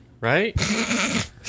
right